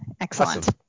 excellent